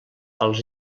als